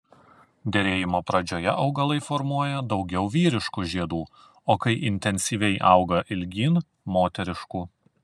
derėjimo pradžioje augalai formuoja daugiau vyriškų žiedų o kai intensyviai auga ilgyn moteriškų